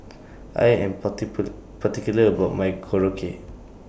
I Am particular about My Korokke